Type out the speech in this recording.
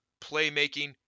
playmaking